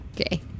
Okay